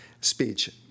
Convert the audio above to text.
speech